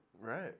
Right